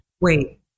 Wait